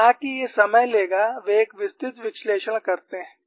हालांकि ये समय लेगा वे एक विस्तृत विश्लेषण करते हैं